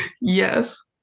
Yes